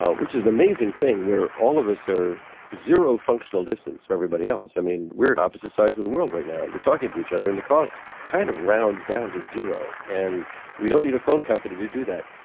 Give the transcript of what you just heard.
ah which is an amazing thing, where all of us are zero functional distance from everybody else. i mean we're at opposite sides of the world right now and we're talking to each other, and the cost kind of rounds down to zero. and we don't need a phone company to do that.